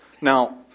Now